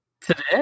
Today